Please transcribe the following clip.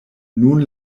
nun